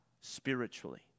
spiritually